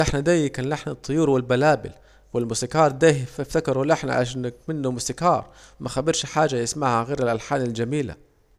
اللحن دي كان لحن الطيور والبلابل، والموسيقار دي افتكروا لحن عشان اكمنوا موسيقار، مخبرش حاجة يسمعها غير الألحان الجميلة